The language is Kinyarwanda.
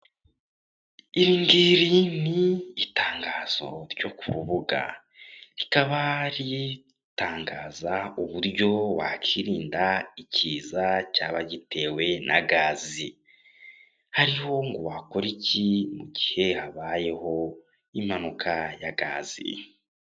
Iri ngiri ni itangazo ryo ku rubuga rikaba ritangaza uburyo wakirinda ikiza cyaba gitewe na gazi hariho ngo wakora iki mu gihe habayeho impanuka ya gazi.